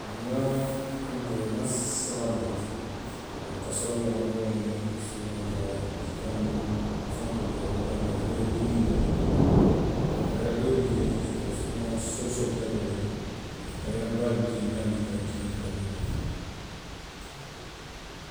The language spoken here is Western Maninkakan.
Nŋa fonkoo, nŋa saba le loŋ, boŋ kasilooroo wo loŋ, suuwaŋ i ka jii kandi fenkoolu ke, walla ka ruyoo, dindiŋolu la la ruyoo tabi a la. Iyoo. kaleera doo bi jee, i ka suuwaŋ soosoolu tabi wo le la. iyoo, kaleera baalu bi jee minnu ye a loŋ a ka kinoo le tabi wo la